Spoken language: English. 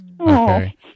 okay